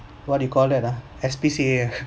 what do you call that ah S_P_C_A